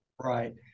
Right